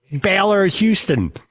Baylor-Houston